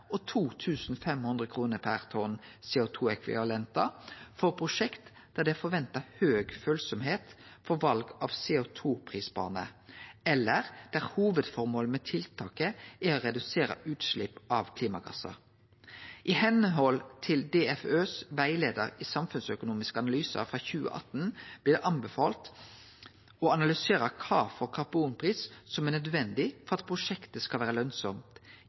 og 2 500 kr per tonn CO 2 -ekvivalentar for prosjekt der det er forventa høg varleik for val av CO 2 -prisbane, eller der hovudføremålet med tiltaket er å redusere utslepp av klimagassar. I medhald av DFØs rettleiar i samfunnsøkonomiske analysar frå 2018 blir det anbefalt å analysere kva for karbonpris som er nødvendig for at prosjektet skal vere lønsamt,